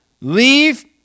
leave